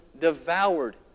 devoured